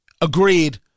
Agreed